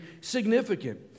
significant